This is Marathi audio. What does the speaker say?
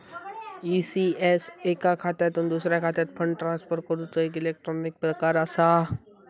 ई.सी.एस एका खात्यातुन दुसऱ्या खात्यात फंड ट्रांसफर करूचो एक इलेक्ट्रॉनिक प्रकार असा